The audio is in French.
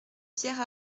pierre